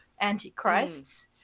antichrists